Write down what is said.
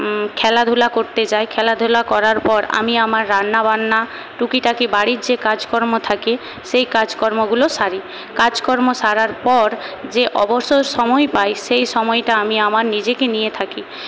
খেলাধুলা করতে যাই খেলাধুলা করার পর আমি আমার রান্না বান্না টুকিটাকি বাড়ির যে কাজকর্ম থাকে সেই কাজকর্মগুলো সারি কাজকর্ম সারার পর যে অবসর সময় পাই সেই সময়টা আমি আমার নিজেকে নিয়ে থাকি